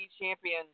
champion